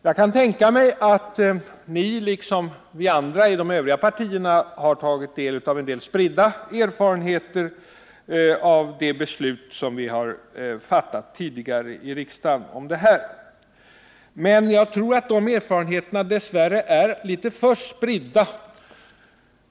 Jag kan tänka mig att ni liksom vi andra inom övriga partier har tagit del av spridda erfarenheter av det beslut som tidigare fattades i riksdagen, men jag tror att de erfarenheterna dess värre är litet för spridda.